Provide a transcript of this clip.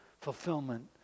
fulfillment